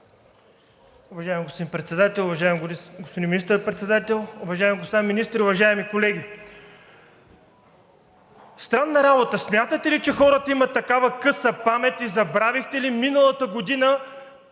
Уважаеми господин Председател, уважаеми господин Министър-председател, уважаеми господа министри, уважаеми колеги! Странна работа. Смятате ли, че хората имат такава къса памет и забравихте ли миналата година